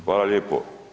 Hvala lijepo.